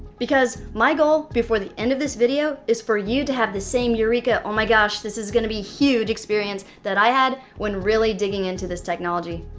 because my goal before the end of this video, is for you to have the same eureka, oh my gosh this is gonna be huge, experience that i had when really digging into this technology.